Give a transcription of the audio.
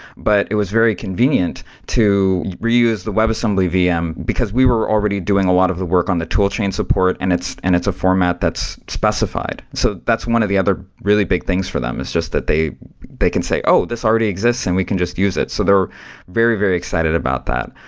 but it was very convenient to reuse the webassembly vm, because we were already doing a lot of the work on the tool chain support and it's and it's a format that's specified. so that's one of the other really big things for them, is just that they they can say, oh, this already exists, and we can just use it. so they're very, very excited about that.